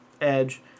Edge